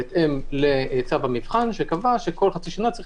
בהתאם לצו המבחן שקבע שכל חצי שנה צריך